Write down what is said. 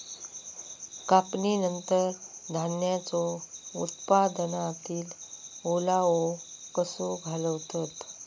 कापणीनंतर धान्यांचो उत्पादनातील ओलावो कसो घालवतत?